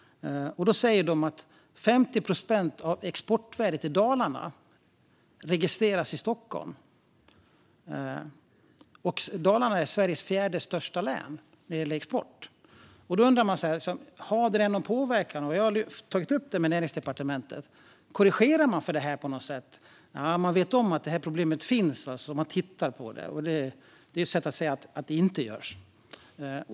De säger att 50 procent av exportvärdet i Dalarna registreras i Stockholm. Dalarna är Sveriges fjärde största län när det gäller export. Då undrar man om detta har någon påverkan. Jag har tagit upp det med Näringsdepartementet. Korrigerar man för detta på något sätt? Nja, man vet om att problemet finns, så man tittar på det. Detta är ett sätt att säga att det inte görs.